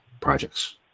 projects